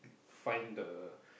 find the